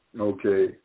okay